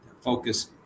focus